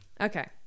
Okay